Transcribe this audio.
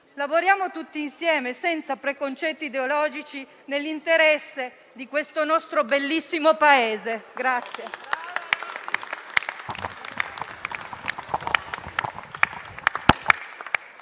lavoriamo tutti insieme - ripeto - senza preconcetti ideologici nell'interesse di questo nostro bellissimo Paese.